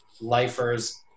lifers